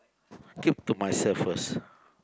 keep to myself first